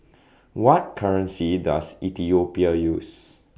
What currency Does Ethiopia use